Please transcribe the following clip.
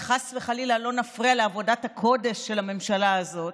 וחס וחלילה לא נפריע לעבודת הקודש של הממשלה הזאת.